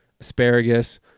asparagus